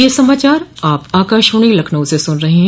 ब्रे क यह समाचार आप आकाशवाणी लखनऊ से सुन रहे हैं